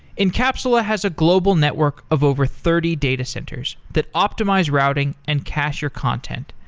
encapsula has a global network of over thirty datacenters that optimize routing and cacher content,